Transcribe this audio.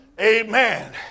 Amen